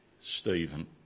Stephen